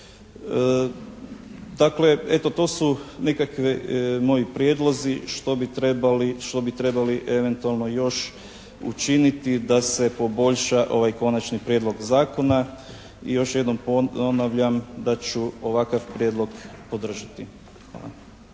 Dakle, eto to su nekakvi moji prijedlozi što bi trebali eventualno još učiniti da se poboljša ovaj Konačni prijedlog Zakona. I još jednom ponavljam da ću ovakav Prijedlog podržati.